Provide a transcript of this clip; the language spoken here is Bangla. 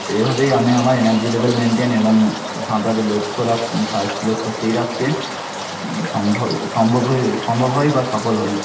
এভাবেই আমি আমার এনার্জি লেবেল মেনটেন এবং সাঁতারের লক্ষ্য রাক সাস লক্ষ্য স্থির রাখতে সম্ভব সম্ভব হয়ে সম্ভব হয় বা সফল হই